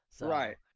Right